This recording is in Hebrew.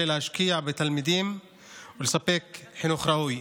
עליהם להשקיע בתלמידים ולספק חינוך ראוי.